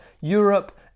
europe